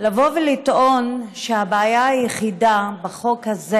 לבוא ולטעון שהבעיה היחידה בחוק הזה